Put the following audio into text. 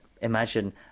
imagine